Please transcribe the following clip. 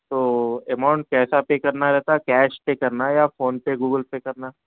تو اماؤنٹ كيسا پے كرنا رہتا كيش پے کرنا ہے یا فون پے گوگل پے کرنا